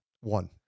One